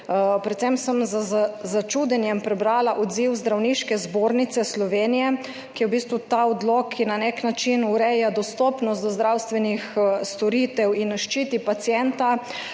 Predvsem sem z začudenjem prebrala odziv Zdravniške zbornice Slovenije, ki je v bistvu ta odlok, ki na nek način ureja dostopnost do zdravstvenih storitev in ščiti pacienta,